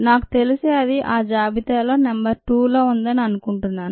నాకు తెలిసి అది ఆ జాబితాలో నెంబర్ 2లో ఉందని అనుకుంటున్నాను